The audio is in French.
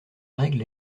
règle